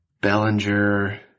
Bellinger